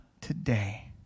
today